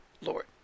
Lord